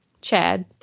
Chad